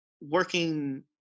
working